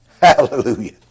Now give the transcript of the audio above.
Hallelujah